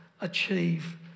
achieve